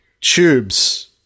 tubes